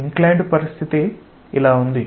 inclined పరిస్థితి ఇలా ఉంది